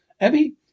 Abby